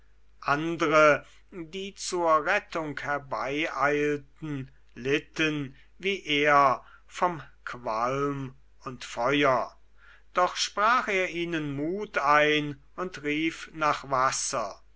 andre die zur rettung herbeieilten litten wie er vom qualm und feuer doch sprach er ihnen mut ein und rief nach wasser